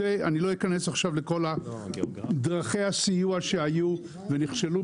אני לא אכנס עכשיו לכל דרכי הסיוע שהיו ונכשלו,